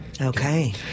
Okay